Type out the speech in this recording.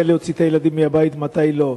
מתי להוציא את הילדים מהבית ומתי לא.